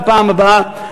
בפעם הבאה,